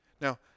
Now